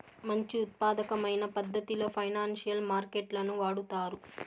మంచి ఉత్పాదకమైన పద్ధతిలో ఫైనాన్సియల్ మార్కెట్ లను వాడుతారు